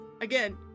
Again